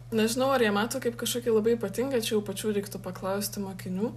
nežinau ar jie mato kaip kažkokį labai ypatingą čia jau pačių reiktų paklausti mokinių